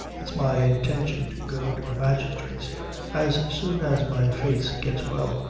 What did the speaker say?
it's my intention to go to a magistrate's as soon as my face gets well.